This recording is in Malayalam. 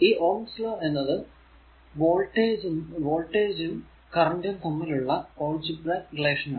ഈ ഓംസ് ലോ ohm's law എന്നത് വോൾടേജ്ഉം കറന്റ് ഉം തമ്മിലുള്ള അൽജിബ്ര റിലേഷൻ